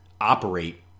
operate